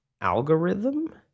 algorithm